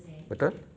betul